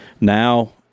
Now